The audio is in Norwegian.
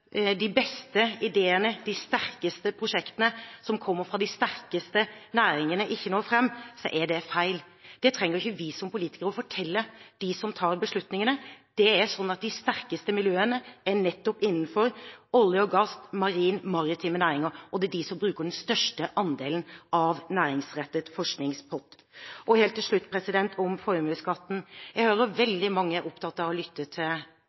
de beste ideene, de sterkeste prosjektene, som kommer fra de sterkeste næringene, ikke når fram, er det feil. Det trenger ikke vi som politikere å fortelle dem som tar beslutningene. De sterkeste miljøene er nettopp innenfor olje og gass, marine og maritime næringer, og det er de som bruker den største andelen av næringsrettet forskningspott. Helt til slutt om formuesskatten. Jeg hører at veldig mange er opptatt av å lytte til